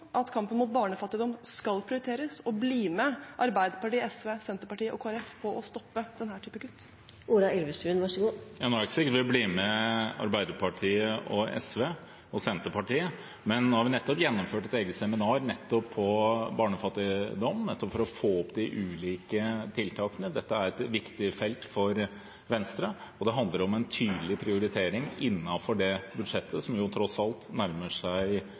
at kampen mot barnefattigdom skal prioriteres, og bli med Arbeiderpartiet, SV, Senterpartiet og Kristelig Folkeparti på å stoppe denne typen kutt? Nå er det ikke sikkert vi blir med Arbeiderpartiet, SV og Senterpartiet, men vi har akkurat gjennomført et eget seminar om barnefattigdom for nettopp å få fram de ulike tiltakene. Dette er et viktig felt for Venstre, og det handler om en tydelig prioritering innenfor det budsjettet som jo tross alt nærmer seg